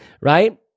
right